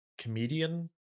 comedian